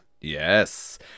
Yes